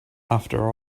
after